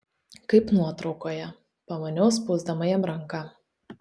kaip nuotraukoje pamaniau spausdama jam ranką